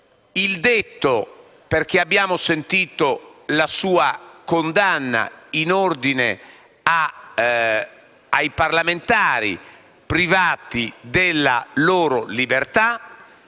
il detto perché abbiamo sentito la sua condanna in ordine ai parlamentari privati della loro libertà;